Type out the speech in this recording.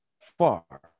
far